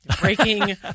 breaking